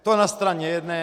To na straně jedné.